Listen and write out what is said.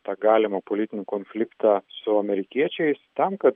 tą galimą politinį konfliktą su amerikiečiais tam kad